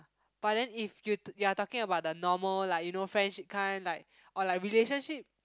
but then if you t~ you are talking about the normal like you know friendship kind like or like relationship